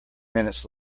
minutes